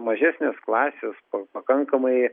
būtų mažesnės klasės pakankamai